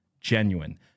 genuine